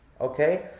Okay